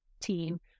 team